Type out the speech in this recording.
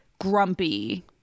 grumpy